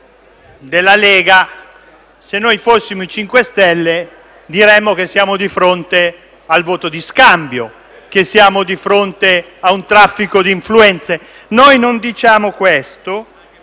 della Lega, se fossimo i 5 Stelle, diremmo che siamo di fronte al voto di scambio, a un traffico di influenze. Noi non diciamo questo;